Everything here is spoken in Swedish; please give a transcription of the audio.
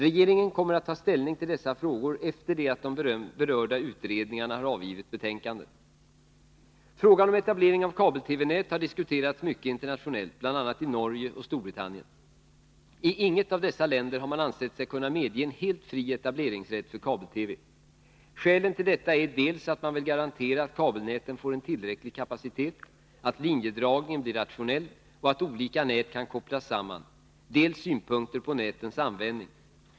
Regeringen kommer att ta ställning till dessa frågor efter det att de berörda utredningarna har avgivit betänkanden. Frågan om etablering av kabel-TV-nät har diskuterats mycket internationellt, bl.a. i Norge och Storbritannien. I inget av dessa länder har man ansett sig kunna medge en helt fri etableringsrätt för kabel-TV. Skälen till detta är dels att man vill garantera att kabelnäten får en tillräcklig kapacitet, att linjedragningen blir rationell och att olika nät kan kopplas samman, dels synpunkter på nätens användning.